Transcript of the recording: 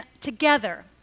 together